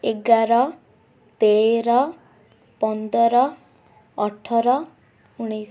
ଏଗାର ତେର ପନ୍ଦର ଅଠର ଉଣେଇଶ